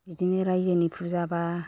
बिदिनो राइजोनि फुजाबा